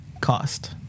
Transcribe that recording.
Cost